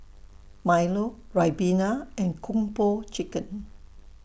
Milo Ribena and Kung Po Chicken